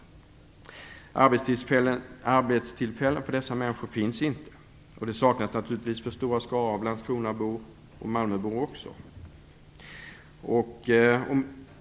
Det finns inga arbetstillfällen för dessa människor, och sådana saknas naturligtvis också för stora skaror av landskronabor och malmöbor.